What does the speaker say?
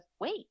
wait